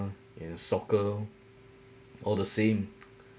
uh in soccer all the same